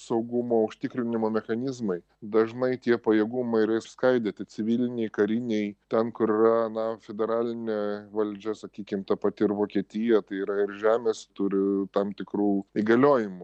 saugumo užtikrinimo mechanizmai dažnai tie pajėgumai yra išskaidyti civilinėj karinėj ten kur yra na federalinė valdžia sakykim ta pati ir vokietija tai yra ir žemes turi tam tikrų įgaliojimų